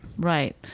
Right